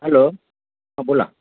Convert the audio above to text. hello हां बोला